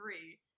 three